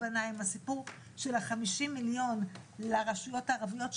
הלבנה עם הסיפור של ה-50 מיליון לרשויות הערביות,